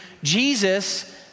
Jesus